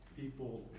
people